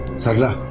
sarla.